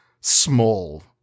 small